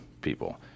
people